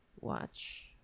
Watch